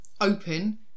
open